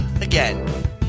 again